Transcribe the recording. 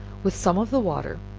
with some of the water,